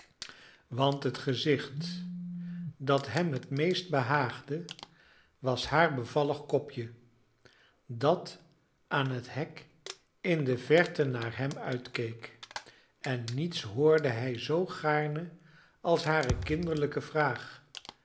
want het gezicht dat hem het meest behaagde was haar bevallig kopje dat aan het hek in de verte naar hem uitkeek en niets hoorde hij zoo gaarne als hare kinderlijke vraag